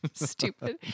stupid